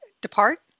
depart